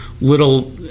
little